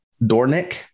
Dornick